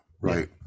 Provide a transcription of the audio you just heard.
right